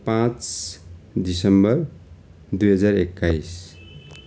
पाँच डिसेम्बर दुई हजार एक्काइस